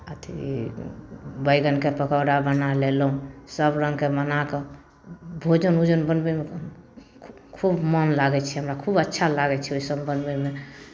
अथि बैगनके पकौड़ा बना लेलहुँ सभ रङ्गके बना कऽ भोजन वोजन बनबैमे खु खूब मन लागै छै हमरा खूब अच्छा लागै छै ओसभ बनबैमे